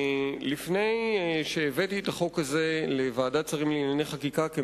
לפני שהבאתי את החוק הזה לוועדת השרים לענייני חקיקה שוחחתי,